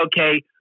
okay